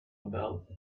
about